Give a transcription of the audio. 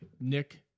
Nick